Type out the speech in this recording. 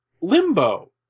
limbo